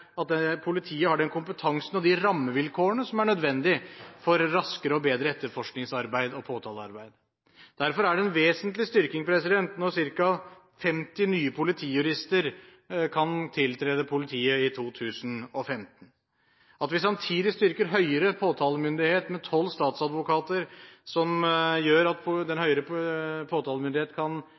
sikre at politiet har den kompetansen og de rammevilkårene som er nødvendig for raskere og bedre etterforskningsarbeid og påtalearbeid. Derfor er det en vesentlig styrking når ca. 50 nye politijurister kan tiltre politiet i 2015. At vi samtidig styrker høyere påtalemyndighet med tolv statsadvokater, som gjør at den høyere påtalemyndighet kan